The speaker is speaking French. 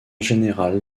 général